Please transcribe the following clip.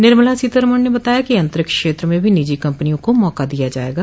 निर्मला सीतारमण ने बताया कि अन्तरिक्ष क्षेत्र में भी निजी कम्पनियों को मौका दिया जायेगा